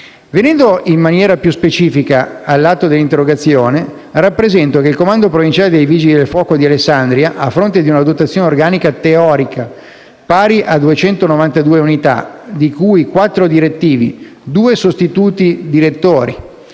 Venendo, in maniera più specifica, all'atto dell'interrogazione, rappresento che il comando provinciale dei Vigili del fuoco di Alessandria, a fronte di una dotazione organica teorica pari a 292 unità (di cui 4 direttivi, 2 sostituti direttori,